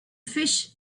fish